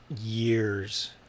years